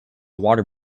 water